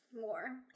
more